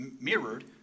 mirrored